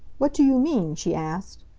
what do you mean? she asked.